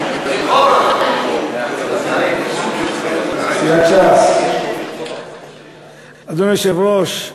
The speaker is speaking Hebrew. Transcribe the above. ואנחנו לא דנים הלילה בפרטים שיעלו בהמשך בדיונים על חומרת חוק ההסדרים,